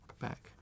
back